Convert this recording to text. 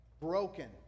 broken